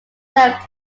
served